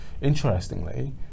interestingly